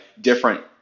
different